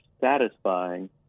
satisfying